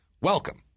Welcome